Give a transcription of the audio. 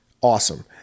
awesome